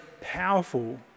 powerful